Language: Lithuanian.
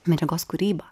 medžiagos kūryba